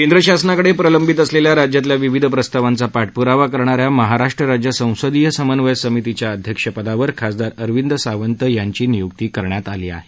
केंद्र शासनाकडे प्रलंबित असलेल्या राज्यातल्या विविध प्रस्तावांचा पाठपुरावा करणाऱ्या महाराष्ट्र राज्य संसदीय समन्वय समितीच्या अध्यक्षपदावर खासदार अरविंद सावंत यांची नियुक्ती करण्यात आली आहे